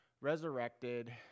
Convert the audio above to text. resurrected